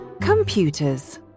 Computers